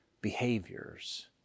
behaviors